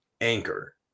anchor